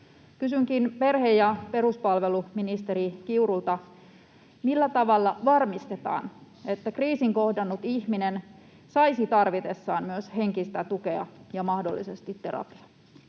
Kysynkin perhe- ja peruspalveluministeri Kiurulta: millä tavalla varmistetaan, että kriisin kohdannut ihminen saisi tarvitessaan myös henkistä tukea ja mahdollisesti terapiaa?